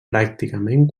pràcticament